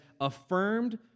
affirmed